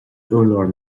urlár